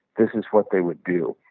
this is what they would do.